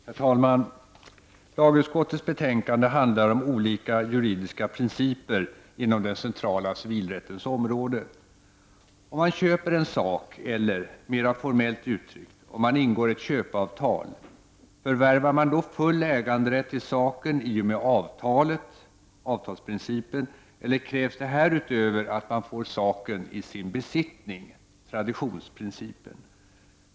Herr talman! Lagutskottets betänkande handlar om olika juridiska principer inom den centrala civilrättens område. Om man köper en sak eller — mera formellt uttryckt — om man ingår ett köpeavtal, förvärvar man då full äganderätt till saken i och med avtalet , eller krävs det härutöver att man får saken i sin besittning ?